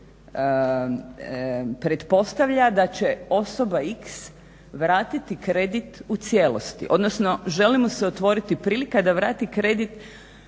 pretpostavlja da će osoba x vratiti kredit u cijelosti, odnosno želi mu se otvoriti prilika da vratit kredit